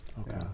Okay